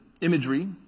imagery